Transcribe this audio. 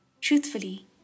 Truthfully